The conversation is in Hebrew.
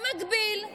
במקביל,